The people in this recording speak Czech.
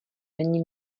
není